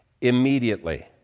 immediately